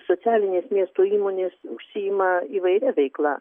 socialinės miesto įmonės užsiima įvairia veikla